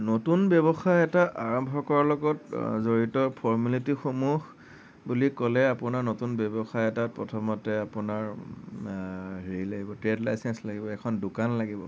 নতুন ব্যৱসায় এটা আৰম্ভ কৰাৰ লগত জড়িত ফৰ্মেলিটিসমূহ বুলি ক'লে আপোনাৰ নতুন ব্যৱসায় এটা প্ৰথমতে আপোনাৰ হেৰি লাগিব ট্ৰেড লাইচেঞ্চ লাগিব এখন দোকান লাগিব